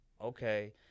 okay